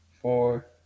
four